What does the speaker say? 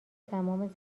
تمام